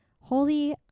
Holy